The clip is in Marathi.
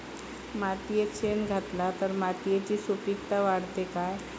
मातयेत शेण घातला तर मातयेची सुपीकता वाढते काय?